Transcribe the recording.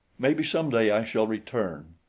maybe someday i shall return.